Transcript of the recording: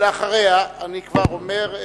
אחריה, אני כבר אומר,